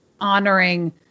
honoring